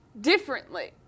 differently